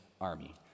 army